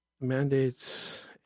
mandates